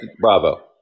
bravo